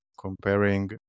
comparing